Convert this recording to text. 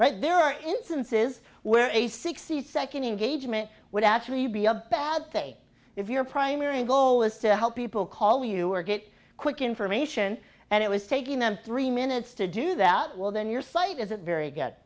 right there are instances where a sixty second engagement would actually be a bad thing if your primary goal is to help people call you or get quick information and it was taking them three minutes to do that well then your site isn't very good